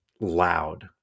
loud